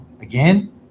Again